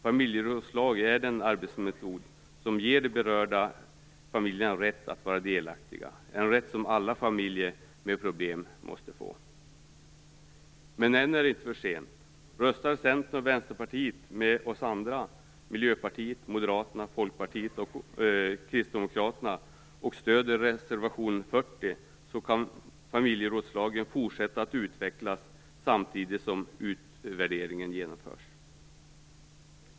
Familjerådslag är den arbetsmetod som ger de berörda familjerna rätt att vara delaktiga, en rätt som alla familjer med problem måste få. Men än är det inte för sent. Röstar Centern och Vänsterpartiet med oss andra - Miljöpartiet, Moderaterna, Folkpartiet och Kristdemokraterna - och stöder reservation 40 kan familjerådslagen fortsätta utvecklas samtidigt som utvärderingen genomförs.